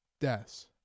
deaths